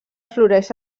floreix